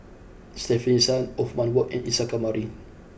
Stefanie Sun Othman Wok and Isa Kamari